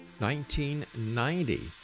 1990